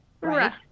Right